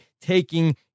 taking